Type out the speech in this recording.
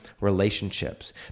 relationships